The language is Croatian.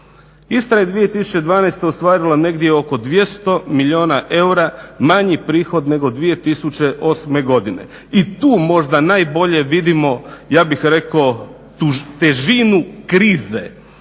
Istra je 2012. ostvarila negdje oko 200 milijuna eura manji prihod nego 2008. godine i tu možda najbolje vidimo, ja bih rekao težinu krize